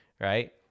right